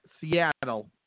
Seattle